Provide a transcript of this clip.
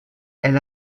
elle